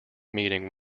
meeting